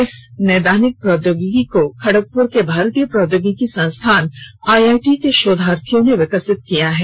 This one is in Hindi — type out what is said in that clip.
इस नैदानिक प्रौद्योगिकी को खडगपुर के भारतीय प्रौद्योगिकी संस्थाान आई आई टी के शोधार्थियों ने विकसित किया है